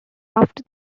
after